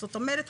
זאת אומרת,